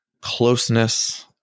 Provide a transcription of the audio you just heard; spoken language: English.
closeness